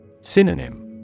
Synonym